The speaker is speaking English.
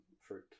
fruit